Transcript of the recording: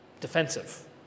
defensive